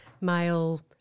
male